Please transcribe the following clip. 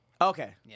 Okay